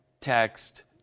text